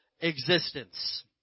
existence